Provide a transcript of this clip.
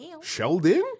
Sheldon